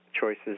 choices